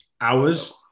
hours